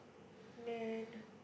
man